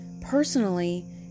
personally